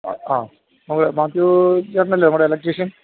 അ ആ ഇത് മാത്യൂ ചേട്ടനല്ലേ നമ്മുടെ ഇലക്ട്രീഷ്യന്